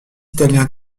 italien